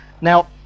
Now